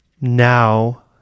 now